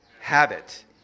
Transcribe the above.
habit